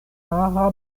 rara